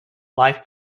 life